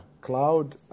cloud